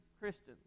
Christians